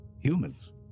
humans